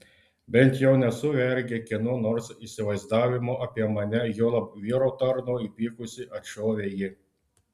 bent jau nesu vergė kieno nors įsivaizdavimo apie mane juolab vyro tarno įpykusi atšovė ji